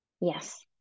Yes